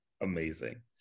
Amazing